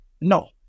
no